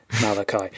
Malachi